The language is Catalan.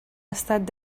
estat